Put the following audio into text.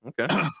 Okay